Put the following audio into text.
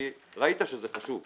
כי ראית שזה חשוב.